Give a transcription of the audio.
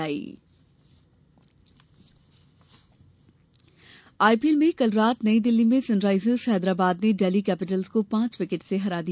IPL IPL में कल रात नई दिल्लीं में सनराइजर्स हैदराबाद ने डेल्ही कैपिटल्स को पांच विकेट से हरा दिया